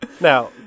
Now